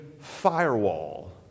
firewall